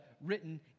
written